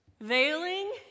veiling